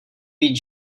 být